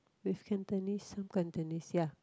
with Cantonese some Cantonese ya